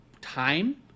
time